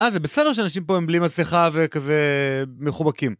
אה זה בסדר שאנשים פה הם בלי מסיכה וכזה מחובקים.